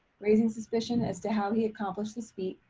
raising suspicion as to how he accomplished the speed,